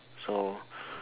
so